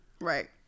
right